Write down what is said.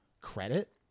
credit